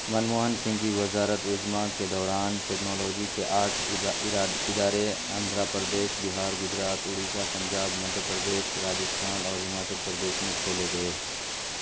منموہن سنگھ کی وزارت عظمیٰ کے دوران ٹیکنالوجی کے آٹھ ادارے آندھرا پردیش بہار گجرات اڑیسہ پنجاب مدھیہ پردیش راجستھان اور ہماچل پردیش میں کھولے گئے